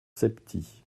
septies